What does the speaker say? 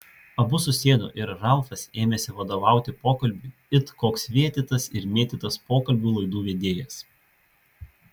abu susėdo ir ralfas ėmėsi vadovauti pokalbiui it koks vėtytas ir mėtytas pokalbių laidų vedėjas